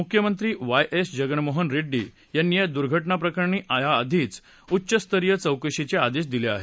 मुख्यमंत्री Y S Jaganmohan Reddy यांनी या दुर्घटना प्रकरणी याआधीच उच्चस्तरीय चौकशीचे आदेश दिले आहेत